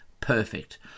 Perfect